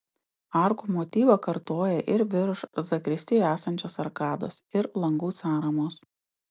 arkų motyvą kartoja ir virš zakristijų esančios arkados ir langų sąramos